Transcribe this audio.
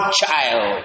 child